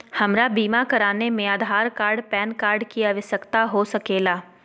हमरा बीमा कराने में आधार कार्ड पैन कार्ड की आवश्यकता हो सके ला?